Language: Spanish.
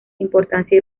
importancia